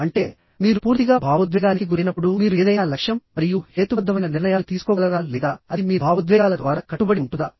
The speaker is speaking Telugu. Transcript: అంటే మీరు పూర్తిగా భావోద్వేగానికి గురైనప్పుడు మీరు ఏదైనా లక్ష్యం మరియు హేతుబద్ధమైన నిర్ణయాలు తీసుకోగలరా లేదా అది మీ భావోద్వేగాల ద్వారా కట్టుబడి ఉంటుందా